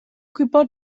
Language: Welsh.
gwybod